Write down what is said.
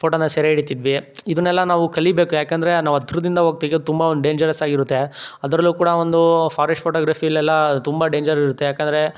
ಫೋಟೋನ ಸೆರೆ ಹಿಡಿತಿದ್ವಿ ಇದನ್ನೆಲ್ಲ ನಾವು ಕಲಿಬೇಕು ಯಾಕೆಂದರೆ ನಾವು ಹತ್ರದಿಂದ ಹೋಗಿ ತೆಗೆಯೋದು ತುಂಬ ಒಂದು ಡೇಂಜರಸ್ಸಾಗಿ ಇರುತ್ತೆ ಅದರಲ್ಲೂ ಕೂಡ ಒಂದು ಫಾರೆಸ್ಟ್ ಫೋಟೋಗ್ರಾಫಿಯಲ್ಲೆಲ್ಲ ತುಂಬ ಡೇಂಜರ್ ಇರುತ್ತೆ ಯಾಕೆಂದ್ರೆ